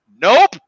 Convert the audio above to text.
nope